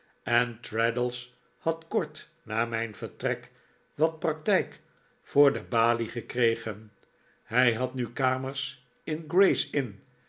en traddles had kort na mijn vertrek wat praktijk voor de balie gekregen hij had nu kamers in gray's inn